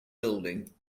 building